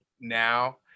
now